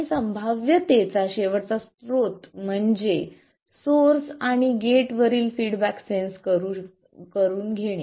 आणि संभाव्यतेचा शेवटचा स्रोत म्हणजे सोर्स आणि गेटवरील फीडबॅक सेंन्स करू शकतो घेणे